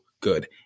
good